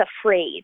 afraid